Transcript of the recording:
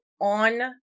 on